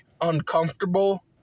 uncomfortable